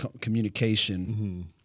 communication